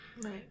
Right